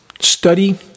study